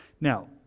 Now